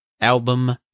album